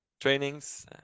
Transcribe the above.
trainings